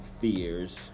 fears